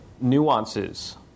nuances